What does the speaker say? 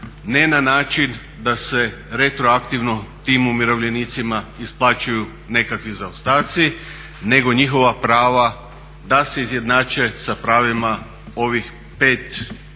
ne na način da se retroaktivno tim umirovljenicima isplaćuju nekakvim zaostaci nego njihova prava da se izjednače sa pravima ovih 5,5 tisuća